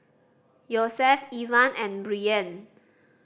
Yosef Ivan and Brien